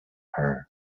her